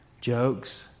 jokes